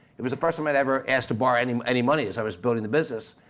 it was the first time i'd ever asked to borrow any um any money as i was building the business,